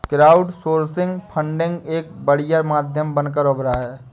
crowdsourcing funding का एक बढ़िया माध्यम बनकर उभरा है